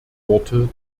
worte